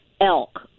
Elk